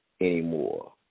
anymore